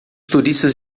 turistas